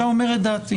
עכשיו אומר את דעתי.